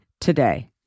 today